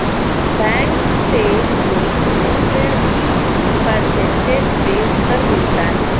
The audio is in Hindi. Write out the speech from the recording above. बैंक से हमे लोन ऋण भी परसेंटेज बेस पर मिलता है